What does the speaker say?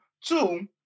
two